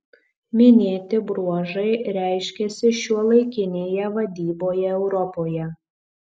minėti bruožai reiškiasi šiuolaikinėje vadyboje europoje